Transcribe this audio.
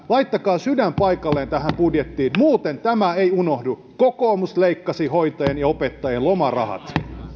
laittakaa sydän paikalleen tähän budjettiin muuten tämä ei unohdu kokoomus leikkasi hoitajien ja opettajien lomarahat